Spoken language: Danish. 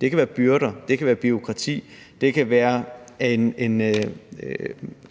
Det kan være byrder, det kan være bureaukrati, det kan være en